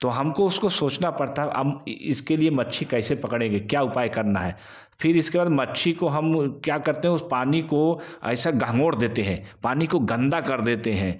तो हम को उसको सोंचना पड़ता है हम ये इसके लिए मच्छी कैसे पकड़ेंगे क्या उपाय करना है फिर इसके बाद मच्छी को हम क्या करते हैं उस पानी को ऐसा घंघोर देते हैं पानी को गन्दा कर देते हैं